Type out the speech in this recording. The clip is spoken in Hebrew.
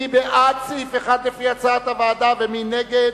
מי בעד סעיף 1 לפי הצעת הוועדה ומי נגד,